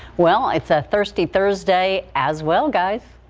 well it's a thirsty thursday as well guys.